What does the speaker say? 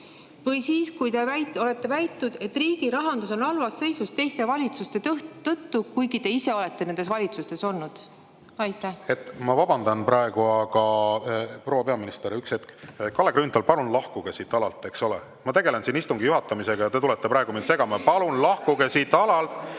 või siis, kui te olete väitnud, et riigirahandus on halvas seisus teiste valitsuste tõttu, kuigi te ise olete nendes valitsustes olnud? Ma vabandan praegu, aga … Proua peaminister, üks hetk! Kalle Grünthal, palun lahkuge siit alalt, eks ole! Ma tegelen siin istungi juhatamisega ja te tulete praegu mind segama. Palun lahkuge siit alalt!